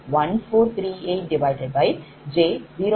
1438j0